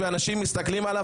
ואנשים מסתכלים עליו,